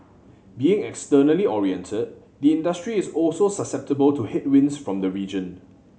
being externally oriented the industry is also susceptible to headwinds from the region